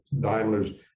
Daimler's